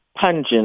pungent